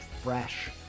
fresh